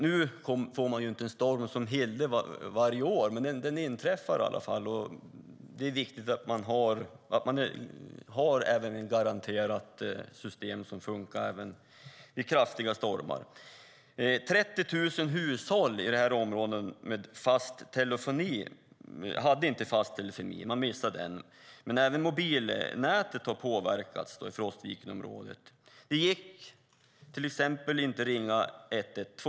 Man får visserligen inte en storm som Hilde varje år. Men det inträffar i varje fall, och det är viktigt att man har ett system som garanterat fungerar även vid kraftiga stormar. 30 000 hushåll i området hade inte fast telefoni. Man missade dem. Men även mobilnätet påverkades i Frostvikenområdet. Det gick till exempel inte att ringa 112.